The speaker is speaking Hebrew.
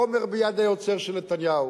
חומר ביד היוצר של נתניהו.